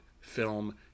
film